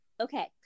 Okay